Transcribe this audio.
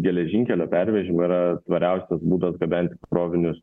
geležinkelio pervežimai yra tvariausias būdas gabenti krovinius